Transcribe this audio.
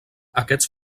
aquests